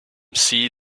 see